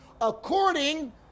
According